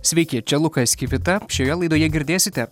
sveiki čia lukas kivita šioje laidoje girdėsite